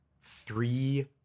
three